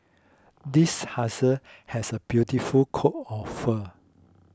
this husky has a beautiful coat of fur